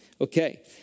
Okay